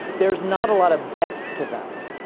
there's not a lot of depth to them.